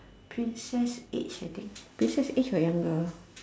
princess age I think princess age or younger